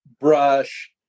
brush